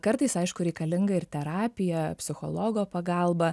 kartais aišku reikalinga ir terapija psichologo pagalba